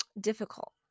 difficult